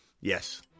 Yes